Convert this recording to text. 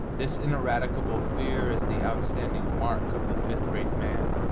this ineradicable fear is the outstanding mark of the fifth-rate man,